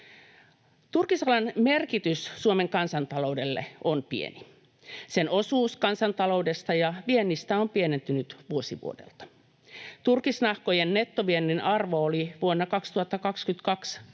Turkisalan merkitys Suomen kansantaloudelle on pieni. Sen osuus kansantaloudesta ja viennistä on pienentynyt vuosi vuodelta. Turkisnahkojen nettoviennin arvo oli vuonna 2022